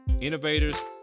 innovators